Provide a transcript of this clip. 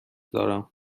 دارم